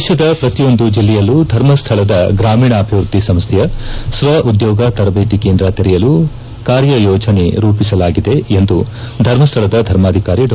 ದೇಶದ ಪ್ರತಿಯೊಂದು ಜಲ್ಲೆಯಲ್ಲೂ ಧರ್ಮಸ್ಥಳದ ಗ್ರಾಮೀಣಾಭಿವೃದ್ಧಿ ಸಂಸ್ಥೆಯ ಸ್ವ ಉದ್ಯೋಗ ತರಬೇತಿ ಕೇಂದ್ರ ತೆರೆಯಲು ಕಾರ್ಯ ಯೋಜನೆ ರೂಪಿಸಲಾಗಿದೆ ಎಂದು ಧರ್ಮಸ್ವಳದ ಧರ್ಮಾಧಿಕಾರಿ ಡಾ